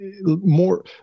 More